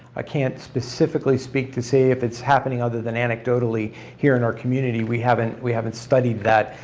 i can't specifically speak to say if it's happening other than anecdotally. here in our community we haven't we haven't studied that,